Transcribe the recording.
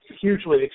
hugely